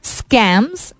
scams